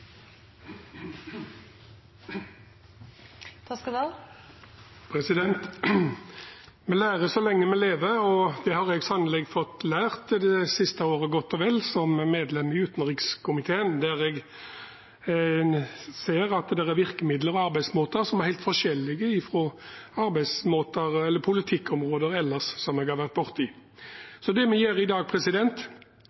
Vi lærer så lenge vi lever, og det har jeg sannelig fått lært det siste året, godt og vel, som medlem i utenrikskomiteen, der en ser at det er virkemidler og arbeidsmåter som er helt forskjellig fra arbeidsmåter eller politikkområder jeg ellers har vært borti. Så det vi gjør i